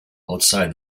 outside